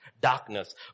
darkness